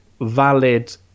valid